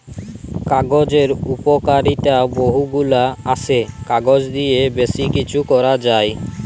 কাগজের উপকারিতা বহু গুলা আসে, কাগজ দিয়ে বেশি কিছু করা যায়